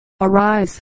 arise